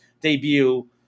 debut